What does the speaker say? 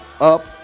up